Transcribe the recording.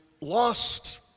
lost